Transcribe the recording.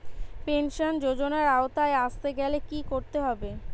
Pension যজোনার আওতায় আসতে গেলে কি করতে হবে?